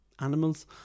animals